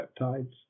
peptides